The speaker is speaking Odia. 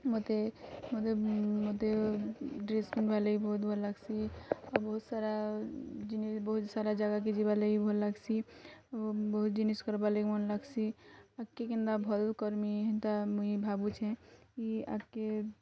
ମୋତେ ଡ଼୍ରେସ୍ ପିନ୍ଧ୍ବାର୍ ଲାଗି ବହୁତ୍ ଭଲ୍ ଲାଗ୍ସି ଆଉ ବହତ୍ ସାରା ବହୁତ୍ ସାରା ଯାଗାକେ ଯିବାର୍ ଲାଗି ଭଲ୍ ଲାଗ୍ସି ଆଉ ବହୁତ୍ ଜିନିଷ୍ କର୍ବାର୍ ଲାଗି ମନ୍ ଲାଗ୍ସି ଆଗ୍କେ କେନ୍ତା ଭଲ୍ କର୍ମି ହେନ୍ତା ମୁଇଁ ଭାବୁଛେଁ ଇ ଆଗ୍କେ